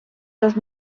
dos